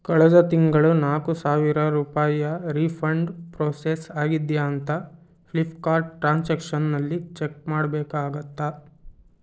ಕಳೆದ ತಿಂಗಳು ನಾಲ್ಕು ಸಾವಿರ ರೂಪಾಯಿಯ ರೀಫಂಡ್ ಪ್ರೋಸೆಸ್ ಆಗಿದೆಯಾ ಅಂತ ಫ್ಲಿಪ್ಕಾರ್ಟ್ ಟ್ರಾನ್ಸಾಕ್ಷನ್ನಲ್ಲಿ ಚೆಕ್ ಮಾಡಬೇಕಾಗತ್ತಾ